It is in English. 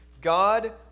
God